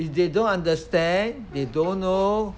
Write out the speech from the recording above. if they don't understand they don't know